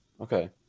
Okay